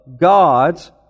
gods